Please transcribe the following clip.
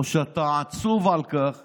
או שאתה עצוב על כך